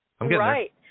Right